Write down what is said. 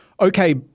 okay